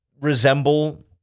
resemble